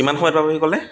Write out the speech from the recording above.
কিমান সময়ত পাবহি ক'লে